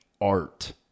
art